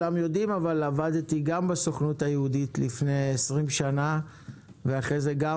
עבדתי גם בסוכנות היהודית לפני 20 שנה ואחרי זה גם